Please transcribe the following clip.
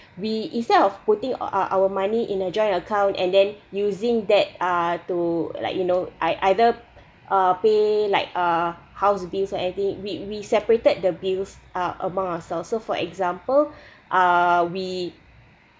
we instead of putting uh uh our money in a joint account and then using that uh too like you know I either uh pay like uh house bills and everything we we separated the bills uh among ourselves so for example uh we